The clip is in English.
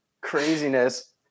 Craziness